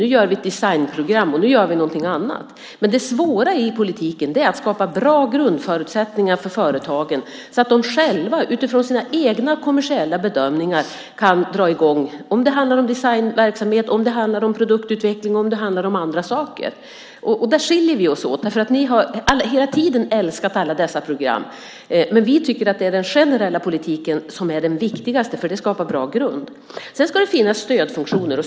Nu gör vi ett designprogram, nu gör vi någonting annat. Det svåra i politiken är att skapa bra grundförutsättningar för företagen så att de själva utifrån sina egna kommersiella bedömningar kan dra i gång vare sig det handlar om designverksamhet, om produktutveckling eller om andra saker. Där skiljer vi oss åt, därför att ni hela tiden har älskat alla dessa program. Men vi tycker att det är den generella politiken som är den viktigaste, för den skapar en bra grund. Dessutom ska det finnas stödfunktioner.